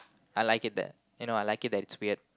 I like it that you know I like it that it's weird